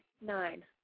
nine